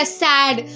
sad